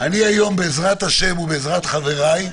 בעזרת השם ובעזרת חבריי,